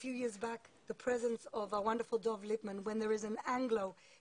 בזום הן באמת תחליף למה שאנחנו עושים,